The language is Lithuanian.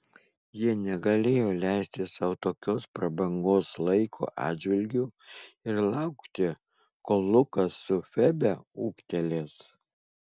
jie negalėjo leisti sau tokios prabangos laiko atžvilgiu ir laukti kol lukas su febe ūgtelės